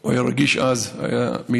הוא היה רגיש אז להידבקויות,